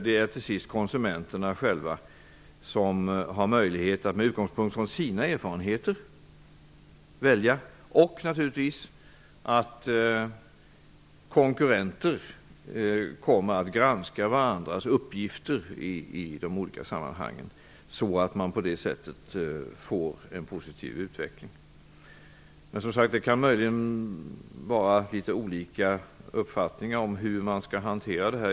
Det är till sist konsumenterna själva som med utgångspunkt från sina erfarenheter har möjlighet att välja. Konkurrenter kommer också att granska varandras uppgifter. På det sättet får man en positiv utveckling. Men, som sagt, det kan råda litet olika uppfattningar om hur detta skall hanteras.